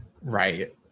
Right